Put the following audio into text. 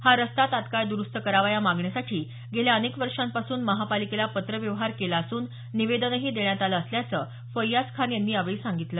हा रस्ता तत्काळ द्रुस्त करावा या मागणीसाठी गेल्या अनेक वर्षांपासून महापालिकेला पत्र व्यवहार केला असून निवेदनही देण्यात आलं असल्याचं फय्याज खान यांनी यावेळी सांगितलं